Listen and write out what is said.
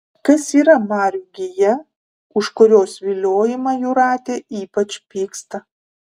kas yra marių gija už kurios viliojimą jūratė ypač pyksta